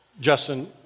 Justin